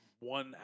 one